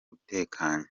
utekanye